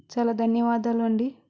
చాలా ధన్యవాదాలు అండి